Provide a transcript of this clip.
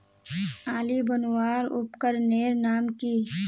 आली बनवार उपकरनेर नाम की?